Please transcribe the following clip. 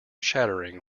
chattering